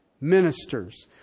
ministers